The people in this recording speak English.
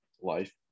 Life